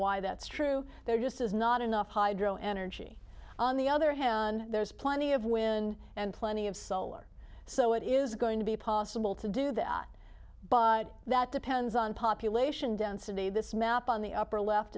why that's true there just is not enough hydro energy on the other hand there's plenty of wind and plenty of solar so it is going to be possible to do that but that depends on population density this map on the upper left